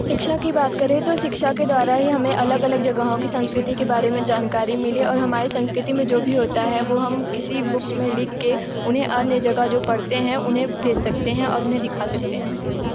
शिक्षा की बात करें तो शिक्षा के द्वारा ही हमें अलग अलग जगहों की संस्कृति के बारे में जानकारी मिली और हमारे संस्कृति में जो भी होता है वह हम किसी बुक में लिख कर उन्हें अन्य जगह जो पढ़ते हैं उन्हें भेज सकते हैं और उन्हें दिखा सकते हैं